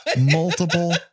multiple